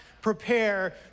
prepare